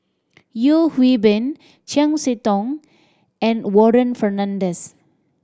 Yeo Hwee Bin Chiam See Tong and Warren Fernandez